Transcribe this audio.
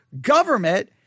government